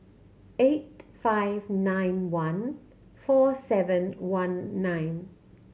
eight five nine one four seven one nine